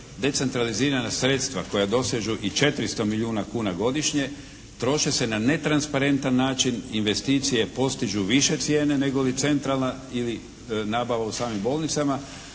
Decentralizirana sredstva koja dosežu i 400 milijuna kuna godišnje troši se na netransparentan način, investicije postižu više cijene nego li centralna ili nabava u samim bolnicama,